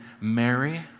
Mary